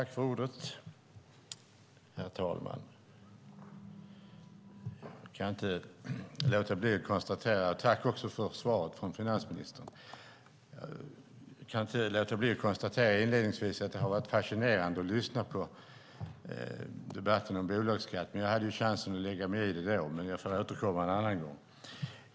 Herr talman! Jag tackar för svaret från finansministern. Jag kan inte låta bli att inledningsvis konstatera att det har varit fascinerande att lyssna på debatten om bolagsskatt. Jag hade chansen att lägga mig i det då, men jag får återkomma en annan gång.